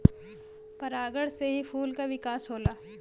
परागण से ही फूल क विकास होला